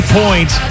points